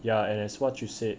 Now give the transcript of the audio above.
ya and as what you said